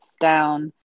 down